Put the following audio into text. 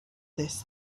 this